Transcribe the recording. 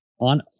on